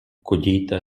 collita